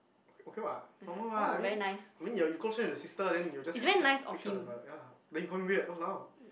okay what normal what I mean I mean you you close friend with the sister then you will just help help take care of the brother ya then you call him weird !walao!